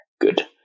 good